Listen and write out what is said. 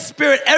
Spirit